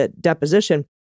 deposition